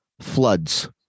Floods